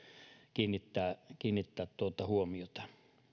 kiinnittää kiinnittää huomiota